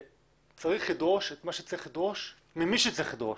שצריך לדרוש את מה שצריך לדרוש ממי שצריך לדרוש,